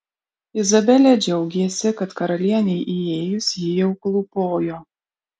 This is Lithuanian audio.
izabelė džiaugėsi kad karalienei įėjus ji jau klūpojo